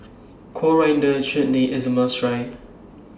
Coriander Chutney IS A must Try